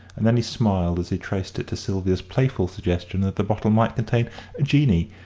and then he smiled as he traced it to sylvia's playful suggestion that the bottle might contain a genie,